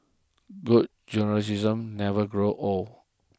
good journalism never grows old